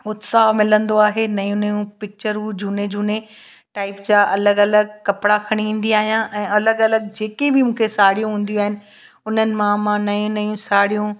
उत्साह मिलंदो आहे नयूं नयूं पिच्चरूं झूने झूने टाइप जा अलॻि अलॻि कपिड़ा खणी ईंदी आहियां ऐं अलॻि अलॻि जेके बि मूंखे साड़ियूं हूंदियूं आहिनि उन्हनि मां नयूं नयूं साड़ियूं